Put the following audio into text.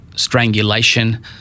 strangulation